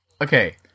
okay